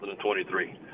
2023